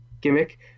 gimmick